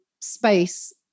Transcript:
space